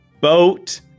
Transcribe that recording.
boat